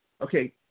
okay